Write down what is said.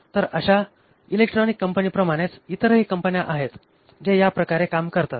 तर अशा इलेक्ट्रोनिक कंपनीप्रमाणेच इतरही कंपन्या आहेत जे याप्रकारे काम करतात